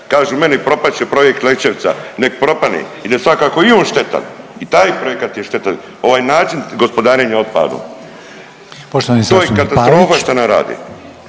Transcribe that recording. Kažu meni propast će projekt Lećevica, nek propane, i nek je svakako i on štetan i taj projekat je štetan, ovaj način gospodarenja otpadom. …/Upadica Reiner: